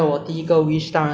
从这个世界消失